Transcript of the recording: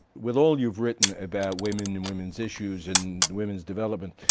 with all you've written about women and women's issues and women's development,